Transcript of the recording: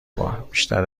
بار، بیشتر